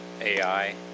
AI